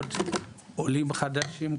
בכבוד לעולים חדשים.